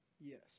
Yes